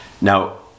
Now